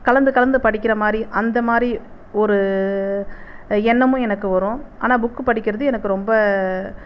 கலந்து கலந்து படிக்கிற மாதிரி அந்த மாதிரி ஒரு எண்ணமும் எனக்கு வரும் ஆனால் புக் படிக்கிறது எனக்கு ரொம்ப